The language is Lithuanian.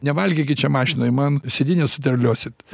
nevalgykit čia mašinoj man sėdynę suterliosit